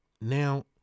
Now